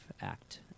act